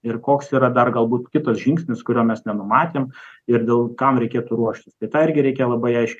ir koks yra dar galbūt kitas žingsnis kurio mes nenumatėme ir dėl kam reikėtų ruoštis tai tą irgi reikia labai aiškiai